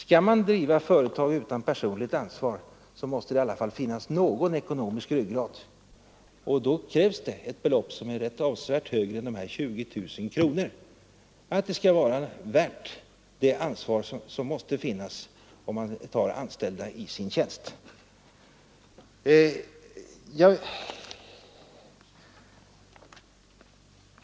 Skall man driva företag utan personligt ansvar måste det i alla fall finnas någon ekonomisk ryggrad. Då krävs ett belopp som är avsevärt högre än 20 000 kronor. Det skall vara värt det ansvar som måste finnas om man tar människor i sin tjänst.